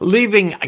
Leaving